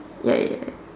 ya ya ya